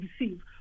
receive